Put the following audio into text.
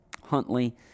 Huntley